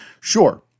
sure